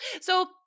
So-